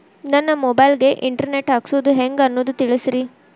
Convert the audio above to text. ನನ್ನ ಮೊಬೈಲ್ ಗೆ internet ಹಾಕ್ಸೋದು ಹೆಂಗ್ ಅನ್ನೋದು ತಿಳಸ್ರಿ